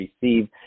receive